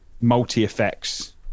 multi-effects